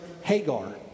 Hagar